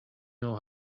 know